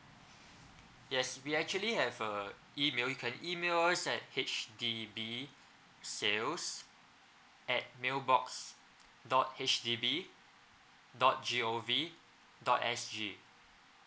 yes we actually have a email you can email us at H_D_B sales at mailbox dot H D B dot G O V dot S G